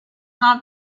not